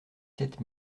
sept